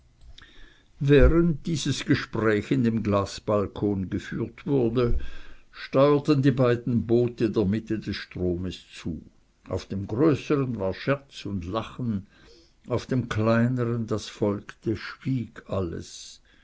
während dieses gespräch in dem glassalon geführt wurde steuerten die beiden boote der mitte des stromes zu auf dem größeren war scherz und lachen aber auf dem kleineren das folgte schwieg alles